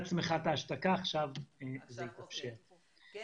סובייקטיביות מאשר איזשהו סיכון אובייקטיבי.